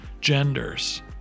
genders